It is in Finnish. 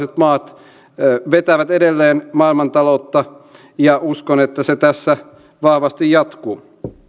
maat vetävät edelleen maailmantaloutta ja uskon että se tässä vahvasti jatkuu